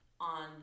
on